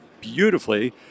beautifully